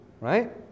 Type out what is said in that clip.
right